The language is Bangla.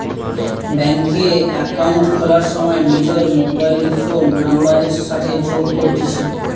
ব্যাঙ্ক এ একাউন্ট খোলার সময় নিজর মোবাইল ফোন নাম্বারের সাথে যোগ করতিছে